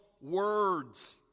words